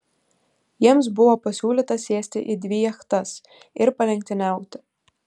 jiems buvo pasiūlyta sėsti į dvi jachtas ir palenktyniauti